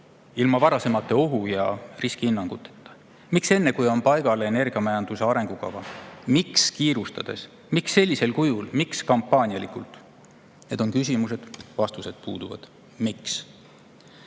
ilma varasemate ohu‑ ja riskihinnanguteta? Miks enne, kui on paigas energiamajanduse arengukava? Miks kiirustades? Miks sellisel kujul? Miks kampaanialikult? Need on küsimused, millele vastused puuduvad. Miks?